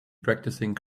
practicing